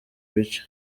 bice